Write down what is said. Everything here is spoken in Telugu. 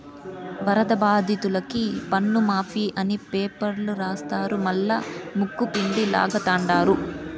వరద బాధితులకి పన్నుమాఫీ అని పేపర్ల రాస్తారు మల్లా ముక్కుపిండి లాగతండారు